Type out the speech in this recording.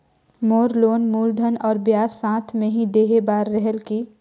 मोर loan मूलधन और ब्याज साथ मे ही देहे बार रेहेल की?